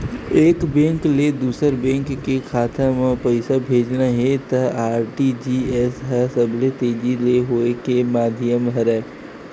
एक बेंक ले दूसर बेंक के खाता म पइसा भेजना हे त आर.टी.जी.एस ह सबले तेजी ले होए के माधियम हरय